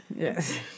yes